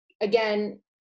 again